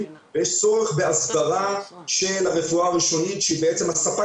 ויש צורך בהסדרה של הרפואה הראשונית שהיא בעצם הספק